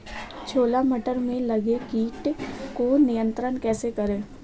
छोला मटर में लगे कीट को नियंत्रण कैसे करें?